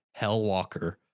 Hellwalker